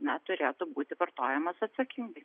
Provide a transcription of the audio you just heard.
na turėtų būti vartojamas atsakingai